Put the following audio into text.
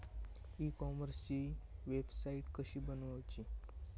E कॉमर्सची website कशी बनवची?